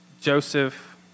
Joseph